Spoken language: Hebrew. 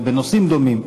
או בנושאים דומים,